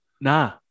Nah